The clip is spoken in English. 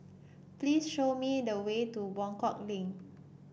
please show me the way to Buangkok Link